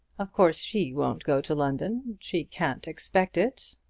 of course she won't go to london. she can't expect it.